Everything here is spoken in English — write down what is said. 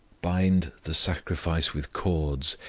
bind the sacrifice with cords,